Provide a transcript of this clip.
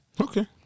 Okay